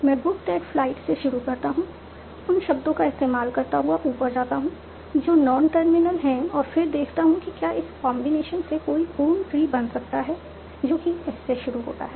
मैं book that flight से शुरू करता हूं उन शब्दों का इस्तेमाल करता हुआ ऊपर जाता हूं जो नॉन टर्मिनल हैं और फिर देखता हूं कि क्या इस कॉन्बिनेशन से कोई पूर्ण ट्री बन सकता है जो कि S से शुरू होता है